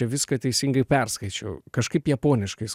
viską teisingai perskaičiau kažkaip japoniškais